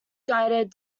guided